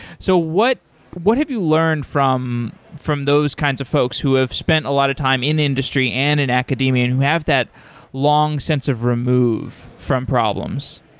so what what have you learned from from those kinds of folks who have spent a lot of time in industry and in academia and who have that long sense of remove from problems?